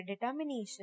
determination